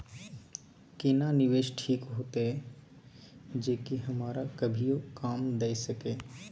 केना निवेश ठीक होते जे की हमरा कभियो काम दय सके?